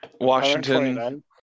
Washington